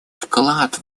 вклад